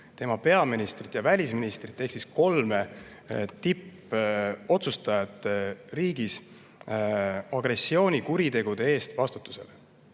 Venemaa peaministrit ja välisministrit ehk kolme tippvastutajat riigi agressioonikuritegude eest vastutusele.